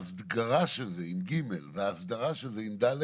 ההסגרה של זה, עם ג', וההסדרה של זה, עם ד',